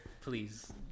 Please